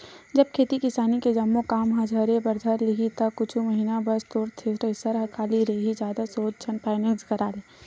जब खेती किसानी के जम्मो काम ह झरे बर धर लिही ता कुछ महिना बस तोर थेरेसर ह खाली रइही जादा सोच झन फायनेंस करा ले